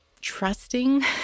trusting